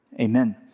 Amen